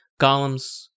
golems